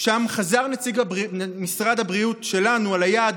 ושם חזר נציגת משרד הבריאות שלנו על היעד,